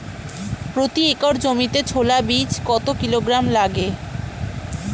প্রতি একর জমিতে ছোলা বীজ কত কিলোগ্রাম লাগে?